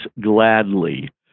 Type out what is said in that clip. gladly